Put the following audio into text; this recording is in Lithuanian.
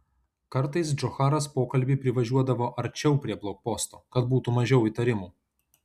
kartais džocharas pokalbiui privažiuodavo arčiau prie blokposto kad būtų mažiau įtarimų